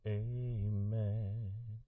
amen